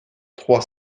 trois